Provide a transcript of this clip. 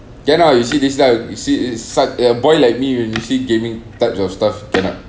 cannot you see this type you see is like uh boy like me when you see gaming types of stuff cannot